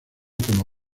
como